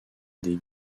des